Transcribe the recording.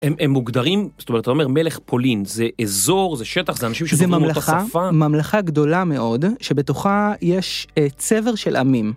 הם.. הם מוגדרים, זאת אומרת, אתה אומר מלך פולין, זה אזור, זה שטח, זה אנשים שבדומות לשפה. זה ממלכה גדולה מאוד, שבתוכה יש אה.. צבר של עמים.